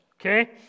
okay